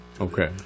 okay